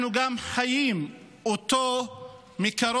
אנחנו גם חיים אותו מקרוב,